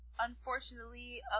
unfortunately